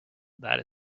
that